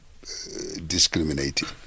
discriminating